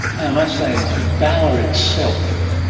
i must say, the bower itself,